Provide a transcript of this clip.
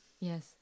yes